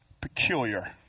Peculiar